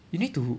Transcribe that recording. you need to